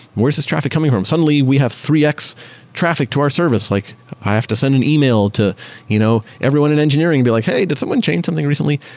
where's this traffic coming from? suddenly, we have three x traffic to our service. like i have to send an e-mail to you know everyone in engineering be like, hey, did someone change something recently?